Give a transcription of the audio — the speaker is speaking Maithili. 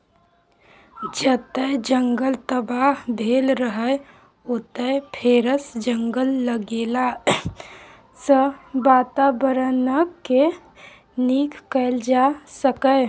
जतय जंगल तबाह भेल रहय ओतय फेरसँ जंगल लगेलाँ सँ बाताबरणकेँ नीक कएल जा सकैए